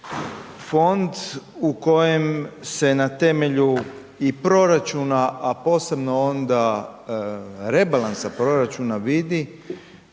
fond u kojem se na temelju i proračuna a posebno onda rebalansa proračuna vidi